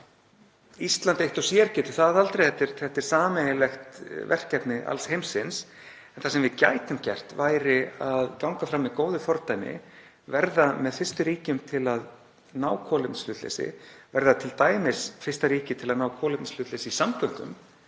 Ísland eitt og sér getur það aldrei, þetta er sameiginlegt verkefni alls heimsins. En það sem við gætum gert væri að ganga fram með góðu fordæmi, verða með fyrstu ríkjum til að ná kolefnishlutleysi, verða t.d. fyrsta ríkið til að ná kolefnishlutleysi í samgöngum,